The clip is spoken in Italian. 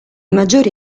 maggiori